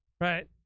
right